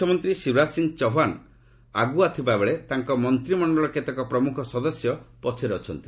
ମୁଖ୍ୟମନ୍ତ୍ରୀ ଶିବରାଜ ସିଂ ଚୌହାନ ଆଗୁଆ ଥିବାବେଳେ ତାଙ୍କ ମନ୍ତ୍ରିମଣ୍ଡଳର କେତେକ ପ୍ରମୁଖ ସଦସ୍ୟ ପଛରେ ଅଛନ୍ତି